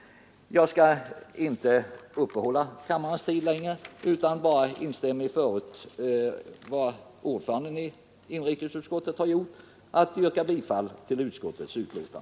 Jag skall inte uppehålla kammarens tid längre, utan jag instämmer bara i vad ordföranden i inrikesutskottet har anfört och yrkar bifall till utskottets hemställan.